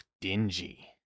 dingy